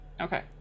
Okay